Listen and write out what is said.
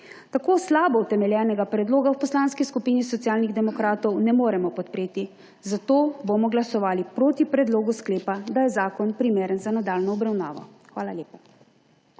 Tako slabo utemeljenega predloga v Poslanski skupini Socialnih demokratov ne moremo podpreti, zato bomo glasovali proti predlogu sklepa, da je zakon primeren za nadaljnjo obravnavo. Hvala lepa.